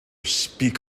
speak